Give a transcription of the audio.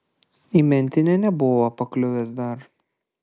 į mentinę nebuvo pakliuvęs dar